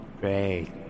Great